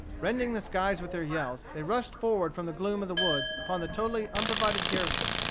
rending the skies with their yells, they rushed forward from the gloom of the woods upon the totally unprovided garrison,